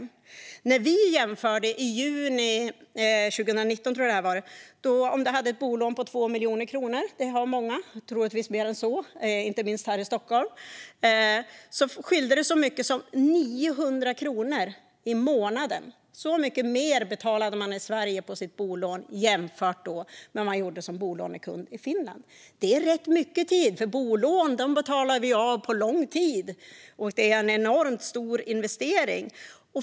Vi gjorde en jämförelse i, tror jag, juni 2019. Om du hade ett bolån på 2 miljoner kronor - det har många, troligtvis mer än så, inte minst här i Stockholm - skilde det så mycket som 900 kronor i månaden. Så mycket mer betalade man i Sverige på sitt bolån än vad man gjorde som bolånekund i Finland. Det är rätt mycket, för bolån betalar vi av på lång tid. Det är en enormt stor investering.